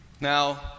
Now